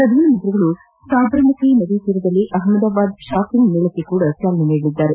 ಪ್ರಧಾನಿ ಅವರು ಸಾಬರಮತಿ ನದಿ ತೀರದಲ್ಲಿ ಆಹಮದಾಬಾದ್ ಶಾಪಿಂಗ್ ಮೇಳಕ್ಕೂ ಚಾಲನೆ ನೀಡಲಿದ್ದಾರೆ